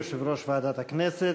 יושב-ראש ועדת הכנסת,